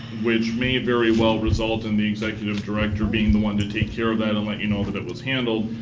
which may very well result in the executive director being the one to take care of that and let you know that it was handled.